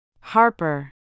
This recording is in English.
Harper